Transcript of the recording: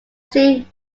see